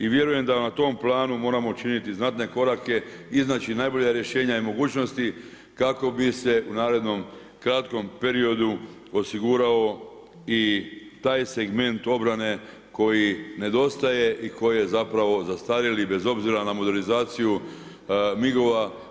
I vjerujem da na tom planu moramo činiti znatne korake, iznaći najbolja rješenja i mogućnosti kako bi se u narednom kratkom periodu osigurao i taj segment obrane koji nedostaje i koji je zapravo zastarjeli bez obzira na modernizaciju MIG-ova.